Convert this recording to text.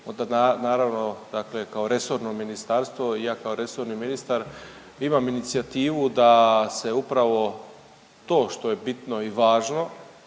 onda naravno dakle kao resorno ministarstvo i ja kao resorni ministar imam inicijativu da se upravo to što je bitno i važno,